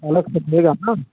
देगा न